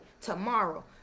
tomorrow